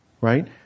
right